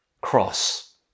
cross